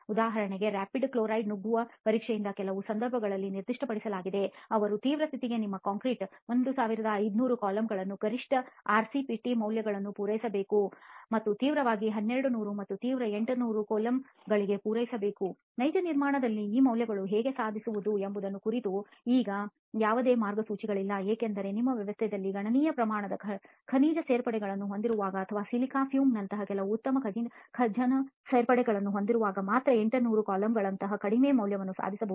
ಉದಾಹರಣೆಗೆ rapid chloride ನುಗ್ಗುವ ಪರೀಕ್ಷೆಯನ್ನು ಕೆಲವು ಸಂದರ್ಭಗಳಲ್ಲಿ ನಿರ್ದಿಷ್ಟಪಡಿಸಲಾಗಿದೆ ಅವರು ತೀವ್ರ ಸ್ಥಿತಿಗೆ ನಿಮ್ಮ ಕಾಂಕ್ರೀಟ್ 1500 ಕೂಲಂಬ್ಗಳನ್ನು ಗರಿಷ್ಠ ಆರ್ಸಿಪಿಟಿ ಮೌಲ್ಯವಾಗಿ ಪೂರೈಸಬೇಕು ಮತ್ತು ತೀವ್ರವಾದ 1200 ಮತ್ತು ತೀವ್ರ 800 ಕೂಲಂಬ್ಗಳಿಗೆ ಪೂರೈಸಬೇಕು ನೈಜ ನಿರ್ಮಾಣದಲ್ಲಿ ಈ ಮೌಲ್ಯಗಳನ್ನು ಹೇಗೆ ಸಾಧಿಸುವುದು ಎಂಬುದರ ಕುರಿತು ಈಗ ಯಾವುದೇ ಮಾರ್ಗಸೂಚಿಗಳಿಲ್ಲ ಏಕೆಂದರೆ ನಿಮ್ಮ ವ್ಯವಸ್ಥೆಯಲ್ಲಿ ಗಣನೀಯ ಪ್ರಮಾಣದ ಖನಿಜ ಸೇರ್ಪಡೆಗಳನ್ನು ಹೊಂದಿರುವಾಗ ಅಥವಾ ಸಿಲಿಕಾ ಫ್ಯೂಮ್ನಂತಹ ಕೆಲವು ಉತ್ತಮ ಖನಿಜ ಸೇರ್ಪಡೆಗಳನ್ನು ಹೊಂದಿರುವಾಗ ಮಾತ್ರ 800 ಕೂಲಂಬ್ಗಳಂತಹ ಕಡಿಮೆ ಮೌಲ್ಯಗಳನ್ನು ಸಾಧಿಸಬಹುದು